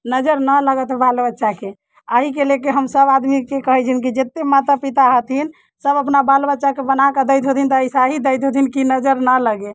नजरि नहि लागत बाल बच्चाके आहिके लेके हमसभ आदमी कि कहै छियनि कि जते माता पिता हथिन सभ अपना बाल बच्चाके बनाकऽ दैत हेथिन तऽ अइसा ही दैत हथिन कि नजरि नहि लगै